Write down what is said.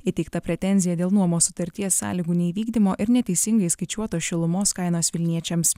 įteikta pretenzija dėl nuomos sutarties sąlygų neįvykdymo ir neteisingai skaičiuotos šilumos kainos vilniečiams